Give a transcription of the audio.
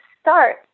start